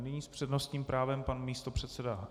Nyní s přednostním právem pan místopředseda...